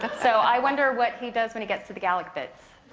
but so i wonder what he does when he gets to the gaelic bits.